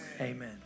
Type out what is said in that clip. Amen